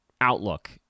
outlook